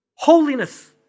Holiness